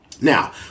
Now